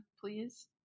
please